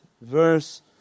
verse